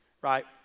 Right